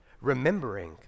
remembering